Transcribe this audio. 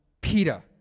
Peter